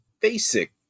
basic